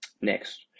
Next